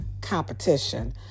competition